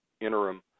interim